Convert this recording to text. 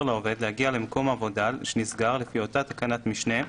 לעובד להגיע למקום עבודה שנסגר לפי אותה תקנת משנה ,